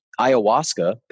ayahuasca